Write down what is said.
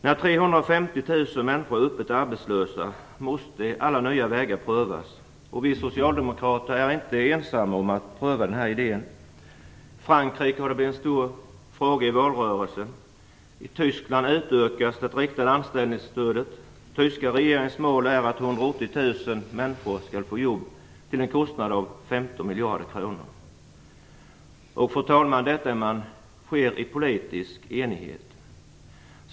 När 350 000 människor är öppet arbetslösa måste alla nya vägar prövas, och vi socialdemokrater är inte ensamma om att pröva den här idén. I Frankrike har det blivit en stor fråga i valrörelsen. I Tyskland utökas det riktade anställningsstödet. Den tyska regeringens mål är att 180 000 människor skall få jobb till en kostnad av 15 miljarder kronor. Detta, fru talman, sker i politisk enighet.